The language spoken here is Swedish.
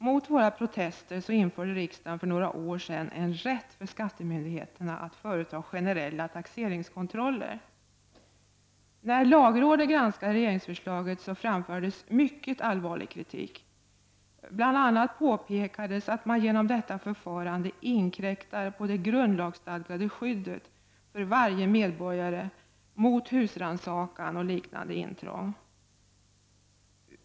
Mot våra protester införde riksdagen för några år sedan en rätt för skattemyndigheterna att företa generella taxeringskontroller. När lagrådet granskade regeringsförslaget framfördes mycket allvarlig kritik. Bl.a. påpekades att man genom detta förfarande inkräktar på det grundlagsstadgade skyddet för varje medborgare mot husrannsakan och liknande intrång.